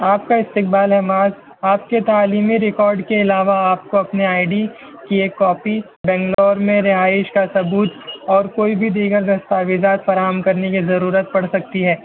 آپ کا استقبال ہے معاذ آپ کے تعلیمی ریکارڈ کے علاوہ آپ کو اپنی آئی ڈی کی ایک کاپی بینگلور میں رہائش کا ثبوت اور کوئی بھی دیگر دستاویزات فراہم کرنے کی ضرورت پڑ سکتی ہے